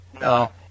No